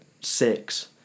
six